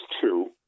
two